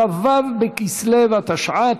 כ"ו בכסלו התשע"ט,